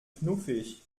knuffig